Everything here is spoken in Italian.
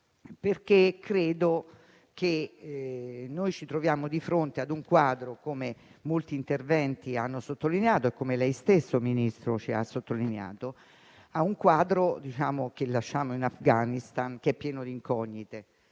perché credo che ci troviamo di fronte a un quadro, come molti interventi hanno sottolineato e come lei stesso, Ministro, ha fatto, che lasciamo in Afghanistan pieno di incognite.